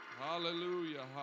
Hallelujah